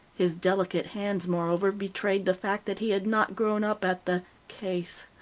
his delicate hands, moreover, betrayed the fact that he had not grown up at the case.